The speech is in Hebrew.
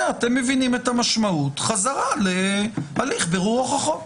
אתם מבינים את המשמעות - חזרה להליך בירור הוכחות.